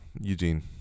Eugene